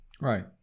Right